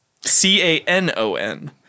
c-a-n-o-n